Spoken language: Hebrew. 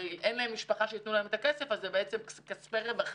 הרי אין להם משפחה שתיתן להם את הכסף אז זה בעצם כספי רווחה